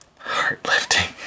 Heartlifting